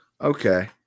Okay